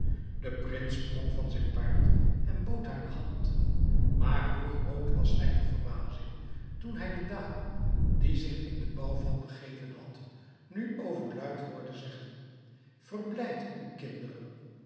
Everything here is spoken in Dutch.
de prins sprong van zijn paard en bood haar de hand maar hoe groot was zijne verbazing toen hij de dame die zich in den bouwval begeven had nu overluid hoorde zeggen verblijd u kinderen